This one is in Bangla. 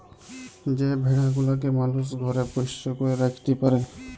যে ভেড়া গুলাকে মালুস ঘরে পোষ্য করে রাখত্যে পারে